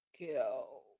go